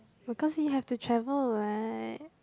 because he have to travel what